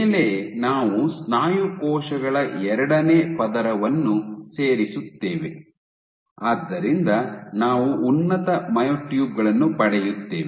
ಮೇಲೆ ನಾವು ಸ್ನಾಯು ಕೋಶಗಳ ಎರಡನೇ ಪದರವನ್ನು ಸೇರಿಸುತ್ತೇವೆ ಆದ್ದರಿಂದ ನಾವು ಉನ್ನತ ಮಯೋಟ್ಯೂಬ್ ಗಳನ್ನು ಪಡೆಯುತ್ತೇವೆ